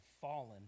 fallen